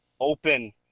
open